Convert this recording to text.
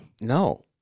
no